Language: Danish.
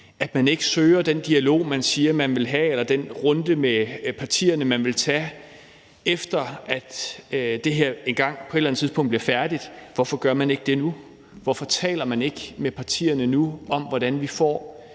at man ikke søger den dialog, man siger man vil have, eller den runde med partierne, man vil tage, efter at det her engang på et tidspunkt bliver færdigt, nu. Hvorfor gør man ikke det nu? Hvorfor taler man ikke med partierne om, hvordan vi får